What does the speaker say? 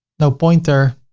no pointer.